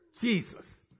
Jesus